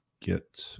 get